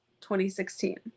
2016